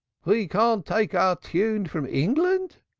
oi we can't take our tune from england,